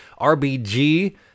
RBG